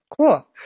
cool